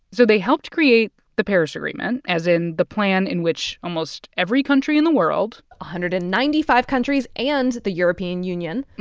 so they helped create the paris agreement, as in the plan in which almost every country in the world. a hundred and ninety-five countries and the european union.